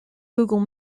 google